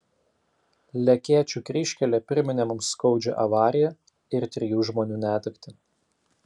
lekėčių kryžkelė priminė mums skaudžią avariją ir trijų žmonių netektį